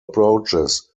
approaches